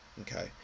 okay